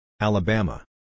Alabama